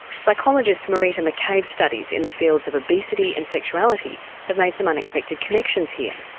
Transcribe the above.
psychologist marita mccabe's studies in the fields of obesity and sexuality have made some unexpected connections here.